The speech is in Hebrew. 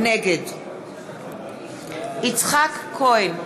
נגד יצחק כהן,